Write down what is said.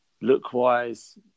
Look-wise